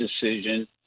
decision